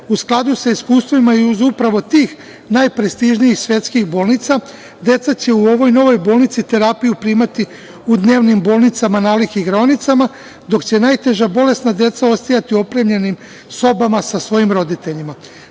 U skladu sa iskustvima i uz upravo tih najprestižnijih svetskih bolnica, deca će u ovoj novoj bolnici terapiju primati u dnevnim bolnicama nalik igraonicama, dok će najteža bolesna deca ostajati u opremljenim sobama sa svojim roditeljima.Za